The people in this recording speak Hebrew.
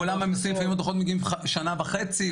בעולם המיסים לפעמים הדוחות מגיעים שנה וחצי,